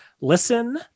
listen